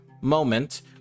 moment